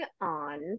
on